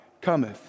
cometh